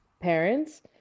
parents